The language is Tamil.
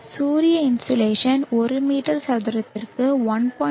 சூரிய இன்சோலேஷன் ஒரு மீட்டர் சதுரத்திற்கு 1